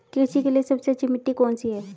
कृषि के लिए सबसे अच्छी मिट्टी कौन सी है?